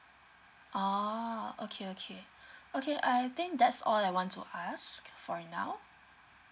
oh okay okay okay I think that's all I want to ask for now